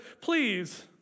please